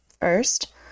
First